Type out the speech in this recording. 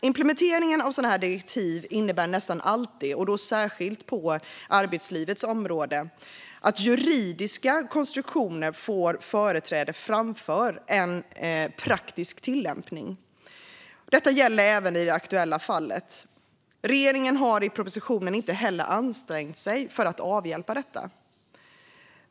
Implementeringen av sådana här direktiv innebär nästan alltid, och då särskilt på arbetslivets område, att juridiska konstruktioner får företräde framför praktisk tillämpning. Detta gäller även i det aktuella fallet. Regeringen har i propositionen heller inte ansträngt sig för att avhjälpa detta.